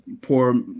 poor